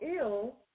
ill